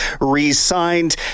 re-signed